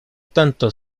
tanto